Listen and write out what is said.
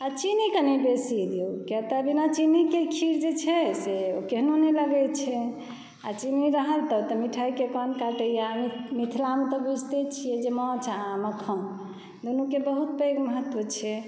आ चीनी कनी बेसी दियौ किया तऽ बिना चीनीके खीर जे छै से केहनो नहि लागै छै आ चीनी रहल तऽ ओ तऽ मिठाइके कान काटैय मिथिलामे तऽ बुझिते छियै जे माछ आ मखान दुनूके बहुत पैघ महत्त्व छै